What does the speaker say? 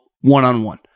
one-on-one